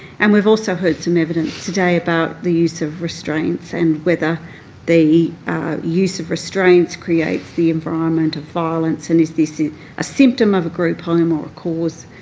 and we've also heard some evidence today about the use of restraints and whether the use of restraints creates the and um and of violence and is this a symptom of a group home or a cause.